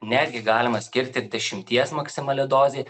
netgi galima skirti dešimties maksimali dozė